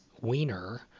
wiener